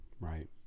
Right